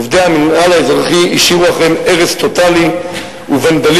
עובדי המינהל האזרחי השאירו אחריהם הרס טוטלי וונדליזם,